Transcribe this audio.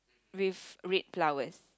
with red flowers